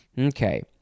Okay